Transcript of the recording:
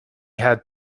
had